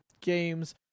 games